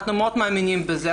אנחנו מאוד מאמינים בזה.